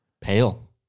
Pale